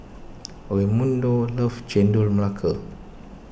Raymundo loves Chendol Melaka